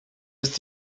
ist